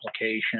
application